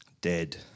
Dead